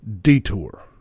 detour